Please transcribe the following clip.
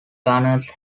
gunners